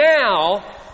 now